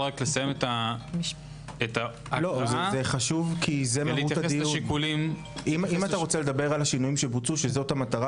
לסיים- -- אם אתה רוצה לדבר על השינויים שבוצעו שזו המטרה